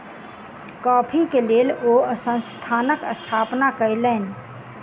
coffee के लेल ओ संस्थानक स्थापना कयलैन